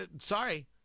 sorry